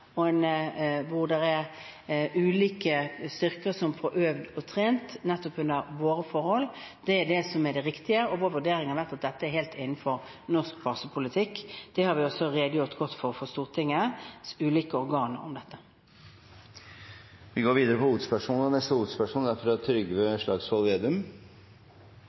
hvor det er ulike styrker som får øvd og trent nettopp under våre forhold, er det som er det riktige, og vår vurdering har vært at dette er helt innenfor norsk basepolitikk. Dette har vi også redegjort godt for overfor Stortingets ulike organer. Vi går videre til neste hovedspørsmål. Når vi ser tilbake på perioden Høyre og